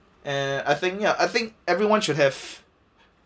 uh I think ya I think everyone should have